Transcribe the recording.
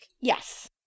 Yes